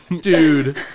Dude